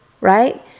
Right